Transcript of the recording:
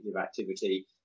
activity